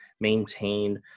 maintain